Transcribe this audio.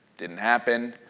didn't happen.